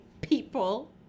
people